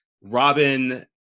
Robin